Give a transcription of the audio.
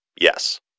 Yes